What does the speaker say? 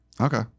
Okay